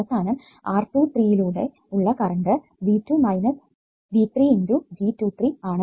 അവസാനം R23 യിലൂടെ ഉള്ള കറണ്ട് V2 V3 × G23 ആണ്